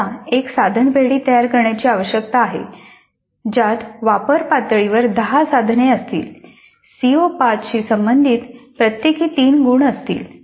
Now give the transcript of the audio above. आपल्याला एक साधन पेढी तयार करण्याची आवश्यकता आहे ज्यात वापर पातळीवर 10 साधने असतील सीओ 5 शी संबंधित प्रत्येकी 3 गुण असतील